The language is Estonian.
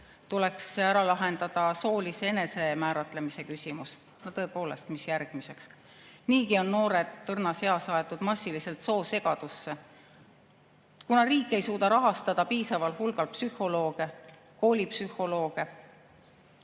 tuleks ära lahendada ka soolise enesemääratlemise küsimus. Tõepoolest, mis järgmiseks? Niigi on õrnas eas noored aetud massiliselt soosegadusse. Kuna riik ei suuda rahastada piisaval hulgal psühholooge, koolipsühholooge,